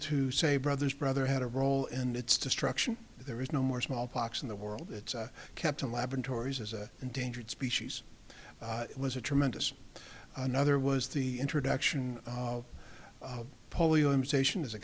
to say brothers brother had a role in its destruction there was no more smallpox in the world it's kept in laboratories as an endangered species it was a tremendous another was the introduction of polio imitation as a